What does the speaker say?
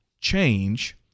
change